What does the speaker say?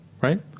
Right